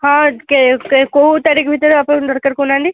ହଁ କେଉଁ ତାରିଖ ଭିତିରେ ଆପଣଙ୍କୁ ଦରକାର କହୁ ନାହାନ୍ତି